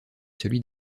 celui